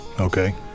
Okay